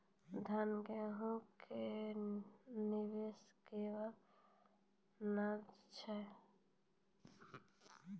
धान, गेहूँ के नमी केना नापै छै?